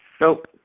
Nope